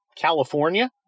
California